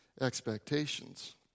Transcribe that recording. expectations